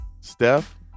Steph